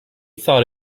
thought